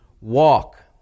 walk